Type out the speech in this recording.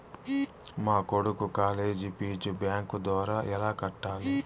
మా కొడుకు college fee bank ద్వారా ఎలా కట్టాలి?